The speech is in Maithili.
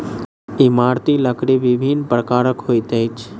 इमारती लकड़ी विभिन्न प्रकारक होइत अछि